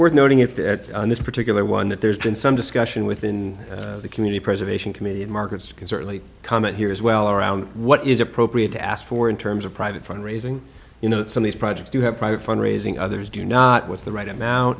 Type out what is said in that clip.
worth noting in this particular one that there's been some discussion within the community preservation committee and markets can certainly comment here as well around what is appropriate to ask for in terms of private fund raising you know some these projects do have private fund raising others do not with the right amount